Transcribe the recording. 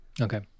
Okay